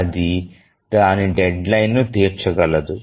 అది దాని డెడ్లైన్ను తీర్చగలదు